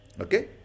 Okay